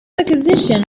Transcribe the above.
acquisition